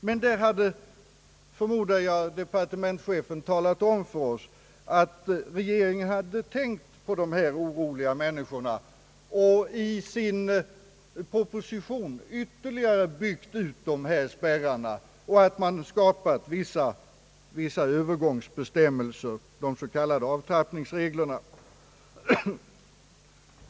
Men jag förmodar att departementschefen skulle ha talat om för oss att regeringen hade tänkt på dessa oroliga människor och i sin proposition ytterligare byggt ut spärrarna och dessutom skapat vissa övergångsbestämmelser, de s.k. avtrappningsreglerna.